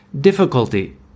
Difficulty